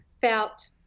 felt